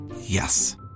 Yes